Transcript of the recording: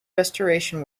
restoration